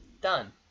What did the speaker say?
done